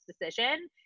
decision